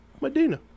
medina